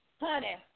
honey